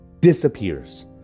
Disappears